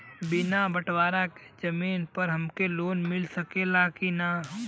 बिना बटवारा के जमीन पर हमके लोन मिल सकेला की ना?